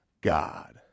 God